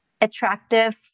attractive